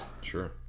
Sure